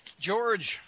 George